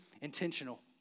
intentional